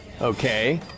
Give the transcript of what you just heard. Okay